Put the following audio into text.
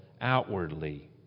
outwardly